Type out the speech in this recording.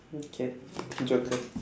okay joker